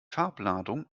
farbladung